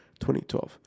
2012